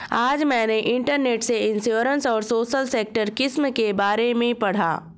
आज मैंने इंटरनेट से इंश्योरेंस और सोशल सेक्टर स्किम के बारे में पढ़ा